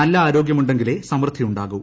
നല്ല ആരോഗൃമുണ്ടെങ്കിലേ സമൃദ്ധി ഉണ്ടാകൂ